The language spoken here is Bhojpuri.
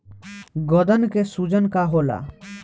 गदन के सूजन का होला?